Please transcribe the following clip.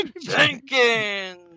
Jenkins